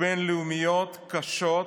בין-לאומיות קשות